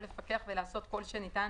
שותף,